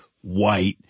white